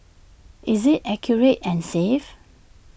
is IT accurate and safe